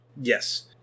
Yes